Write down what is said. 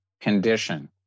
condition